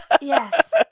Yes